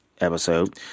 episode